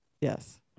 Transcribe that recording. Yes